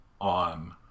on